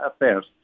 Affairs